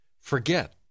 Forget